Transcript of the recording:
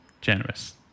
Generous